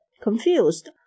Confused